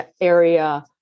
area